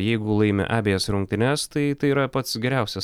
jeigu laimi abejas rungtynes tai tai yra pats geriausias